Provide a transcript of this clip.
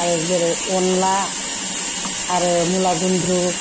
आरो जेरै अनद्ला आरो मुला गुन्द्रु